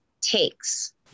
takes